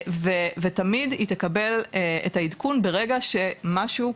ותמיד היא תקבל את העדכון ברגע שמשהו קרה.